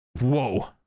whoa